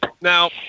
now